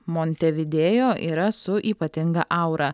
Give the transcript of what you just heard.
montevidėjo yra su ypatinga aura